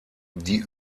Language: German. die